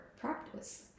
practice